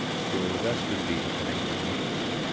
so this would be the nineteen eighty s.